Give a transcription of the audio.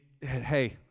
hey